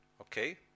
okay